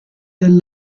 del